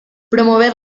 promover